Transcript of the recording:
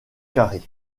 carrées